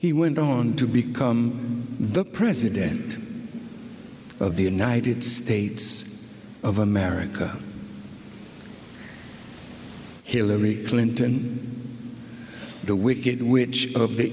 he went on to become the president of the united states of america hillary clinton the wicked witch of the